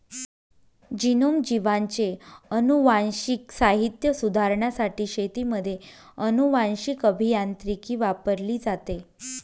genome, जीवांचे अनुवांशिक साहित्य सुधारण्यासाठी शेतीमध्ये अनुवांशीक अभियांत्रिकी वापरली जाते